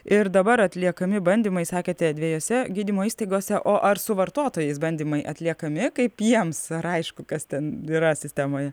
ir dabar atliekami bandymai sakėte dviejose gydymo įstaigose o ar su vartotojais bandymai atliekami kaip jiems ar aišku kas ten yra sistemoje